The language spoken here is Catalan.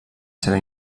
seva